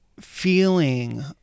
feeling